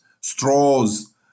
straws